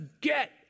get